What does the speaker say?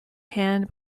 hand